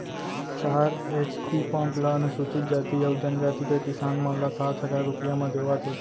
चार HP pump ल अनुसूचित जाति अउ जनजाति के किसान मन ल सात हजार रूपिया म देवत हे